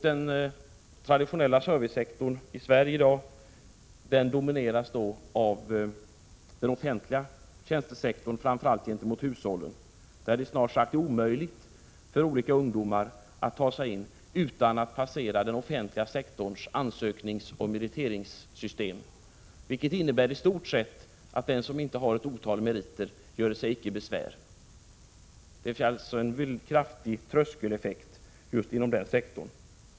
Den traditionella servicesektorn i Sverige i dag domineras av den offentliga tjänstesektorn, framför allt gentemot hushållen, där det snart sagt är omöjligt för olika ungdomar att ta sig in utan att passera den offentliga sektorns ansökningsoch meriteringssystem. Detta system innebär i stort sett att den som inte har ett otal meriter icke göre sig besvär. Man har alltså en kraftig tröskeleffekt just inom denna sektor.